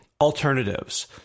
alternatives